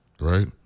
Right